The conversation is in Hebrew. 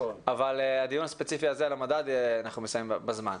אבל הדיון הספציפי הזה על המדד אנחנו נסיים בזמן.